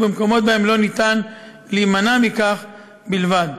ובמקומות שבהם לא ניתן להימנע מכך בלבד.